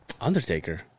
Undertaker